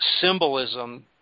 symbolism